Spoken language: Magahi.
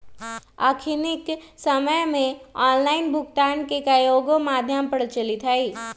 अखनिक समय में ऑनलाइन भुगतान के कयगो माध्यम प्रचलित हइ